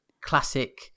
classic